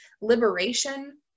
liberation